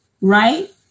Right